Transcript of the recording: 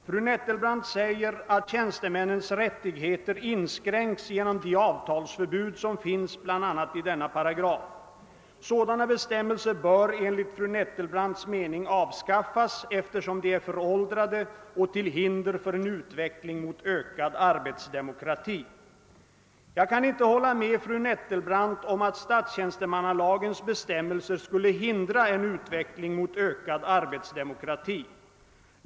Fru Nettelbrandt säger att tjänstemännens rättigheter inskränks genom de avtalsförbud som finns bl.a. i denna paragraf. Sådana bestämmelser bör enligt fru Nettelbrandts mening avskaffas, eftersom de är föråldrade och till hinder för en utveckling mot ökad arbetsdemokrati. Jag kan inte hålla med fru Nettelbrandt om att statstjänstemannalagens bestämmelser skulle hindra en utveckling mot ökad arbetsdemokrati.